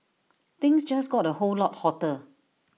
things just got A whole lot hotter